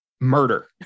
murder